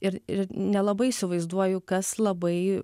ir ir nelabai įsivaizduoju kas labai